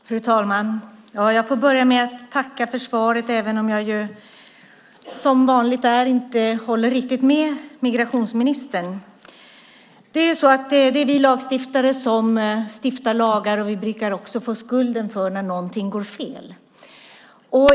Fru talman! Jag får börja med att tacka för svaret, även om jag som vanligt inte riktigt håller med migrationsministern. Det är vi lagstiftare som stiftar lagar, och vi brukar också få skulden när någonting går fel.